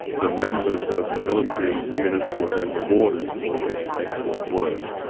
the members of the military units were then rewarded for their excellent work.